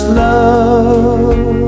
love